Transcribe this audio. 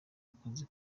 akazi